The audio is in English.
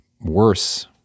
worse